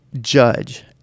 judge